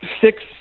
six